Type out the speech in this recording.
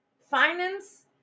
finance